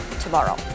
tomorrow